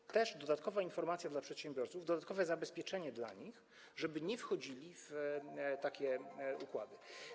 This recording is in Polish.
To jest dodatkowa informacja dla przedsiębiorców, dodatkowe zabezpieczenie dla nich, żeby nie wchodzili w takie układy.